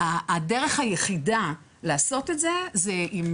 הדרך היחידה לעשות את זה היא עם